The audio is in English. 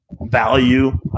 value